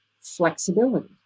flexibility